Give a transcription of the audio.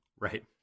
Right